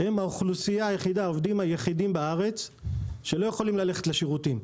הם העובדים היחידים בארץ שלא יכולים ללכת לשירותים.